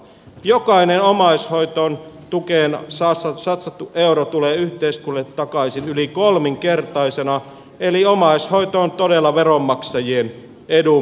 jokainen omaishoidon tukeen satsattu euro tulee yhteiskunnalle takaisin yli kolminkertaisena eli omaishoito on todella veronmaksajien edun mukaista toimintaa